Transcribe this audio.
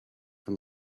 from